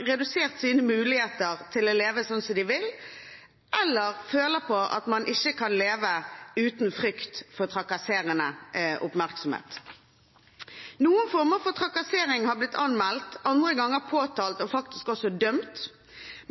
redusert sine muligheter til å leve som de vil, eller følt at man ikke kan leve uten frykt for trakasserende oppmerksomhet. Noen former for trakassering har blitt anmeldt, andre ganger påtalt, og noen er faktisk også dømt,